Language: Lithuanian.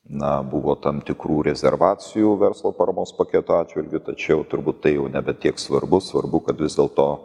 na buvo tam tikrų rezervacijų verslo paramos paketo atžvilgiu tačiau turbūt tai jau nebe tiek svarbu svarbu kad vis dėlto